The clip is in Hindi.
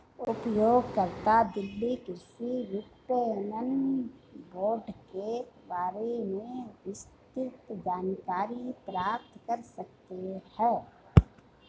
उपयोगकर्ता दिल्ली कृषि विपणन बोर्ड के बारे में विस्तृत जानकारी प्राप्त कर सकते है